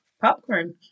popcorn